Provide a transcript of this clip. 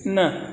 न